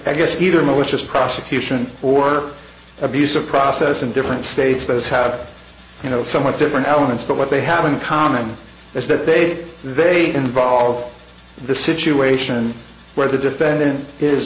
guess either malicious prosecution or abuse of process in different states those how do you know somewhat different elements but what they have in common is that they they involve the situation where the defendant is